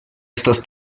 estos